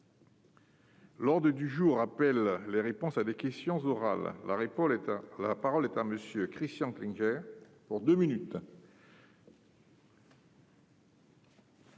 L'ordre du jour appelle les réponses à des questions orales. La parole est à M. Christian Klinger, auteur de